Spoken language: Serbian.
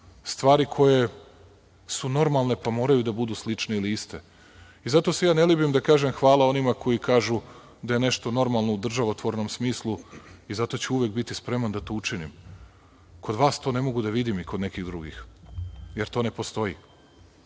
stvari koje su normalne, pa moraju da budu slične ili iste. Zato se ne libim da kažem – hvala onima koji kažu da je nešto normalno u državotvornom smislu i zato ću uvek biti spreman da to učinim. Kod vas ne mogu to da vidim i kod nekih drugih, jer to ne postoji.